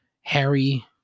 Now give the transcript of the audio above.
Harry